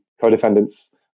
co-defendants